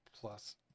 plus